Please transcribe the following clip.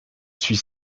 suis